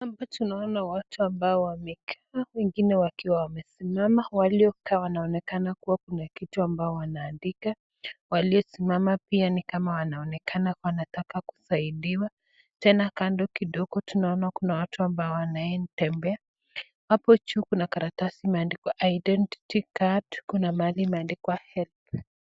Hapa tunaona watu ambao wamekaa wengine wakiwa wamesimama, waliokaa wanaonekana kuwa kuna kitu ambao wanaandika, waliosimama pia ni kama wanaonekana kuwa wanataka kusaidiwa. Tena kando kidogo tunaona kuna watu ambao wanatembea. Hapo juu kuna karatasi imeandikwa identity card , kuna mahali imeandikwa Helb .